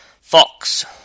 Fox